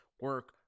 Work